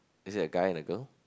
is it a guy and a girl